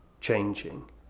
changing